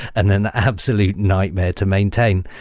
and an absolute nightmare to maintain.